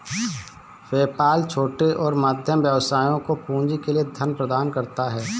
PayPal छोटे और मध्यम व्यवसायों को पूंजी के लिए धन प्रदान करता है